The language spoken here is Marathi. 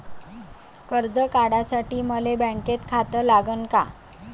कर्ज काढासाठी मले बँकेत खातं लागन का?